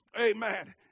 Amen